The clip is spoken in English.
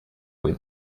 where